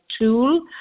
tool